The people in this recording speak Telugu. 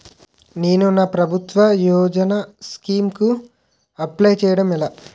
నేను నా ప్రభుత్వ యోజన స్కీం కు అప్లై చేయడం ఎలా?